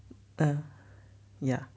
ah ya